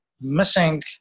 Missing